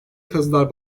kazılar